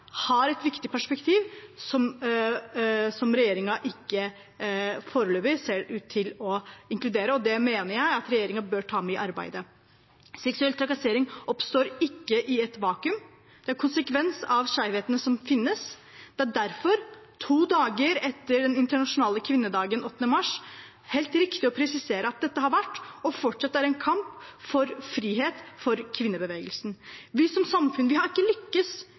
har et viktig perspektiv som regjeringen ikke foreløpig ser ut til å inkludere, og det mener jeg regjeringen bør ta med i arbeidet. Seksuell trakassering oppstår ikke i et vakuum. Det er en konsekvens av skeivhetene som finnes. Det er derfor, tre dager etter den internasjonale kvinnedagen 8. mars, helt riktig å presisere at dette har vært og fortsatt er en kamp for frihet for kvinnebevegelsen. Vi som samfunn har ikke